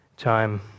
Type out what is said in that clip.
time